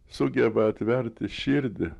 sugeba atverti širdį